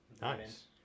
nice